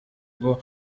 bwo